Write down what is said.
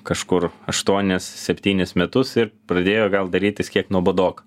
kažkur ašuonis septynis metus ir pradėjo gal darytis kiek nuobodoka